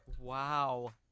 Wow